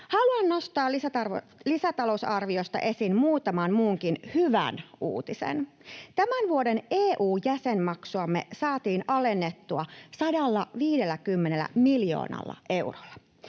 Haluan nostaa lisätalousarviosta esiin muutaman muunkin hyvän uutisen. Tämän vuoden EU-jäsenmaksuamme saatiin alennettua 150 miljoonalla eurolla.